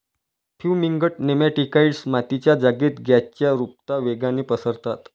fumigant nematicides मातीच्या जागेत गॅसच्या रुपता वेगाने पसरतात